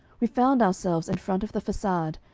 we found ourselves in front of the facade,